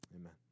amen